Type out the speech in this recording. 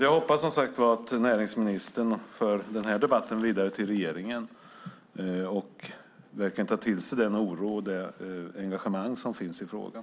Jag hoppas som sagt var att näringsministern för denna debatt vidare till regeringen och verkligen tar till sig den oro och det engagemang som finns i frågan.